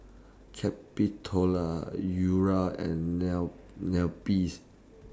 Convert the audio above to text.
Capitola Eura and Neppie's